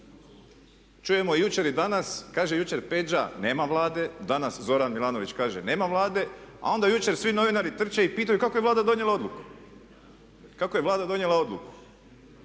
čujemo jučer i danas, kaže jučer Peđa nema Vlade, danas Zoran Milanović kaže nema Vlade, a onda jučer svi novinari trče i pitaju kako je Vlada donijela odluku. Znači, Vlade koje nema